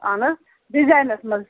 اہن حظ ڈِزاینَس منٛز